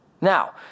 Now